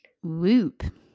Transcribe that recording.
whoop